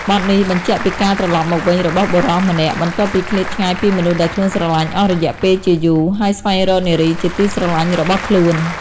បទនេះបញ្ចាក់ពីការត្រឡប់មកវិញរបស់បុរសម្នាក់ បន្ទាប់ពីឃ្លាតឆ្ងាយពីមនុស្សដែលខ្លួនស្រលាញ់អស់រយៈពេលជាយូរ ហើយស្វែងរកនារីជាទីស្រឡាញ់របស់ខ្លួន។